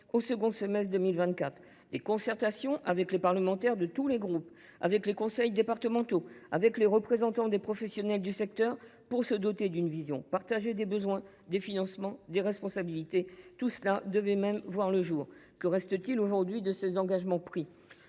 au second semestre 2024. Des concertations avec les parlementaires de tous les groupes, les conseils départementaux et les représentants des professionnels du secteur pour se doter d’une vision partagée des besoins, des financements et des responsabilités, devaient même voir le jour. Que reste t il aujourd’hui des engagements pris ?